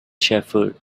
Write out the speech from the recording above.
shepherd